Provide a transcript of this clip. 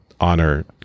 honor